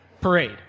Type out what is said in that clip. parade